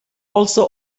also